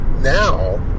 Now